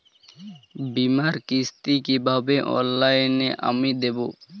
বীমার কিস্তি কিভাবে অনলাইনে আমি দেবো?